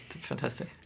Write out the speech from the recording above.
fantastic